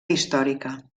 històrica